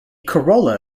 corolla